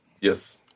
Yes